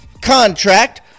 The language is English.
contract